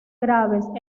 graves